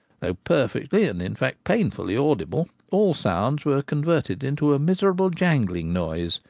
though perfectly, and in fact pain fully, audible, all sounds were converted into a miserable jangling noise,